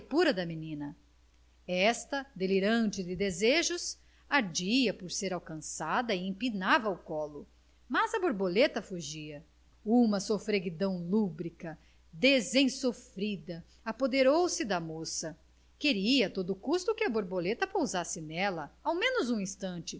pura da menina esta delirante de desejos ardia por ser alcançada e empinava o colo mas a borboleta fugia uma sofreguidão lúbrica desensofrida apoderou-se da moça queria a todo custo que a borboleta pousasse nela ao menos um instante